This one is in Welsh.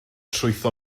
trwytho